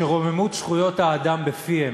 שרוממות זכויות האדם בפיהם,